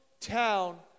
town